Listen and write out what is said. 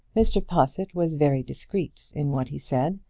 mr. possitt was very discreet in what he said,